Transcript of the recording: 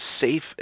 safe